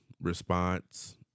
Response